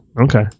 okay